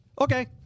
Okay